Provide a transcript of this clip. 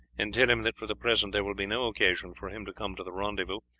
and tell him that for the present there will be no occasion for him to come to the rendezvous,